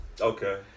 Okay